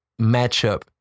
matchup